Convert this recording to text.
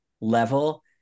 Level